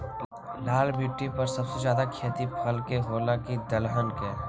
लाल मिट्टी पर सबसे ज्यादा खेती फल के होला की दलहन के?